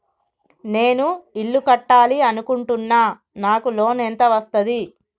నేను ఇల్లు కట్టాలి అనుకుంటున్నా? నాకు లోన్ ఎంత వస్తది?